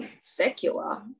secular